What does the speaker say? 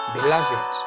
Beloved